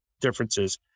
differences